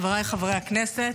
חבריי חברי הכנסת,